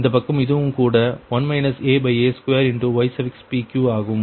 இந்த பக்கம் இதுவும் கூட 1 aa2 ypq ஆகும்